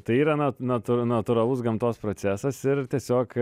tai yra na natūr natūralus gamtos procesas ir tiesiog